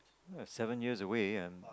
ya seven years away and